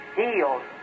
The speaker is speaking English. healed